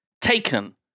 taken